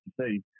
see